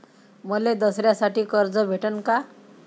मले दसऱ्यासाठी कर्ज भेटन का?